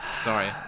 Sorry